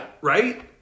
right